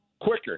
quicker